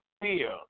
fear